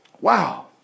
Wow